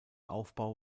aufbau